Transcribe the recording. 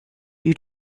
due